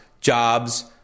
jobs